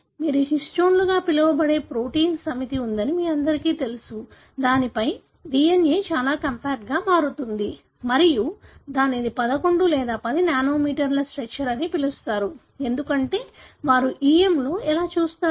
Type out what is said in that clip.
మీరు హిస్టోన్లుగా పిలవబడే ప్రోటీన్ సమితి ఉందని మీ అందరికీ తెలుసు దానిపై DNA చాలా కాంపాక్ట్గా మారుతుంది మరియు దానిని 11 లేదా 10 నానోమీటర్ స్ట్రక్చర్ అని పిలుస్తారు ఎందుకంటే వారు EM లో ఎలా చూస్తారు